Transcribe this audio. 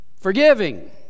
forgiving